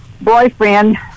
boyfriend